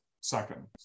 second